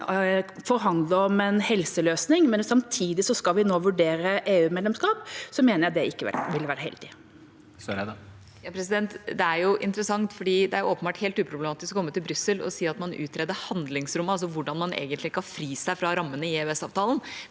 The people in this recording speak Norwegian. forhandle om en helseløsning, men samtidig skal vurdere et EU-medlemskap, mener jeg det ikke ville være heldig. Ine Eriksen Søreide (H) Det er jo inter- essant, for det er åpenbart helt uproblematisk å komme til Brussel og si at man utreder handlingsrommet, altså hvordan man egentlig kan fri seg fra rammene i EØSavtalen,